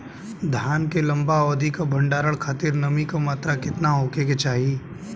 धान के लंबा अवधि क भंडारण खातिर नमी क मात्रा केतना होके के चाही?